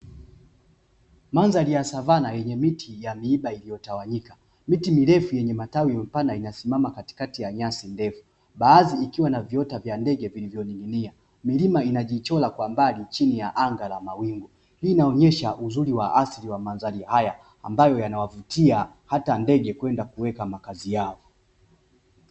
Madhari ya savana yenye miti ya miiba iliyotawanyika miti mirefu yenye matawi ya mpana inasimama katikati ya nyasi ndefu, baadhi ikiwa na viota vya ndege vilivyoning'inia; milima inajichora kwa mbali chini ya anga la mawingu; hii inaonyesha uzuri wa asili wa mandhari haya ambayo yanawavutia hata ndege kwenda kuweka makazi yao.